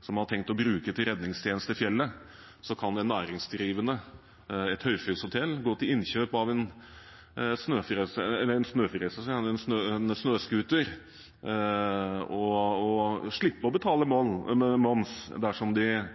som man har tenkt å bruke til redningstjeneste i fjellet, kan en næringsdrivende – et høyfjellshotell – gå til innkjøp av en snøskuter og slippe å betale moms dersom man